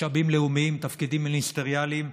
משאבים לאומיים, תפקידים מיניסטריאליים,